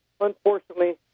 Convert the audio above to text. unfortunately